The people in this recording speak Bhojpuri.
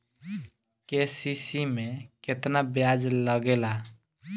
के.सी.सी में केतना ब्याज लगेला?